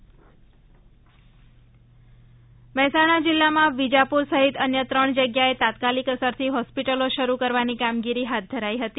Covid hospital Mehsana જીલ્લામાં વિજાપુર સહિત અન્ય ત્રણ જગ્યાએ તાત્કાલિક અસરથી હોસ્પિટલો શરૂ કરવાની કામગીરી હાથ ધરાઇ હતી